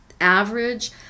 average